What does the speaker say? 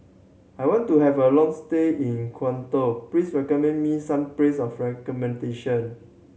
I want to have a long stay in Quito please recommend me some places for accommodation